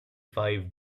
five